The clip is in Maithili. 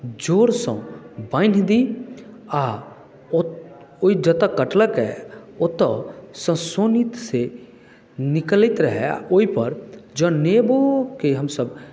जोरसँ बान्हि दी आओर ओ जतय कटलकए ओतयसँ शोणित से निकलैत रहय ओहिपर जँ नेबोकेँ हमसभ